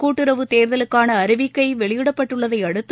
கூட்டுறவு தேர்தலுக்கான அறிவிக்கை வெளியிடப்பட்டுள்ளதை அடுத்து